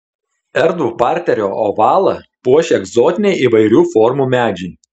erdvų parterio ovalą puošia egzotiniai įvairių formų medžiai